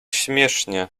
śmiesznie